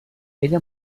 ella